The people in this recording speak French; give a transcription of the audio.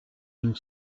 une